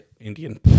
Indian